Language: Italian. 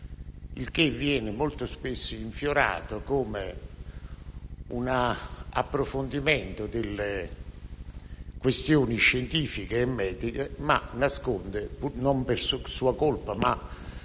Esso viene molto spesso infiorato come un approfondimento delle questioni scientifiche e mediche, ma così non è; non avviene per sua colpa, ma